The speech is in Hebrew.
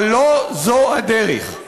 אבל לא זו הדרך.